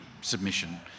submission